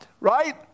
Right